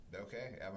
okay